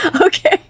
Okay